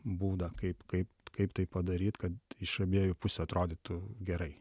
būdą kaip kaip kaip tai padaryt kad iš abiejų pusių atrodytų gerai